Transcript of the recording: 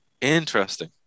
interesting